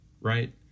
right